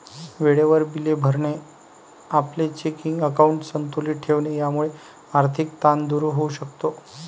वेळेवर बिले भरणे, आपले चेकिंग अकाउंट संतुलित ठेवणे यामुळे आर्थिक ताण दूर होऊ शकतो